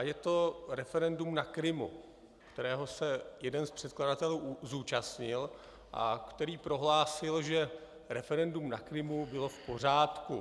Je to referendum na Krymu, kterého se jeden z předkladatelů zúčastnil, a který prohlásil, že referendum na Krymu bylo v pořádku.